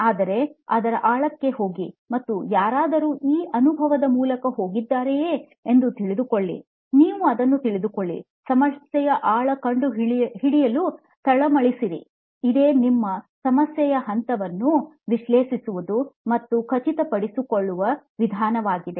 ಆದರೆ ಅದರ ಆಳಕ್ಕೆ ಹೋಗಿ ಮತ್ತು ಯಾರಾದರೂ ಈ ಅನುಭವದ ಮೂಲಕ ಹೋಗಿದ್ದಾರೆಯೇ ಎಂದು ತಿಳಿದುಕೊಳ್ಳಿ ನೀವು ಅದನ್ನು ತಿಳಿದುಕೊಳ್ಳಿ ಸಮಸ್ಯೆಯ ಆಳ ಕಂಡುಹಿಡಿಯಲು ತಳಮಳಿಸಿರಿ ಇದೆ ನಮ್ಮ ಸಮಸ್ಯೆಯ ಹಂತವನ್ನು ವಿಶ್ಲೇಷಿಸುವುದು ಮತ್ತು ಖಚಿತಪಡಿಸುವ ವಿಧಾನವಾಗಿದೆ